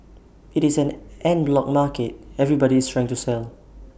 IT is an en bloc market everybody is trying to sell